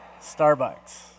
Starbucks